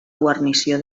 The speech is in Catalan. guarnició